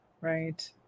right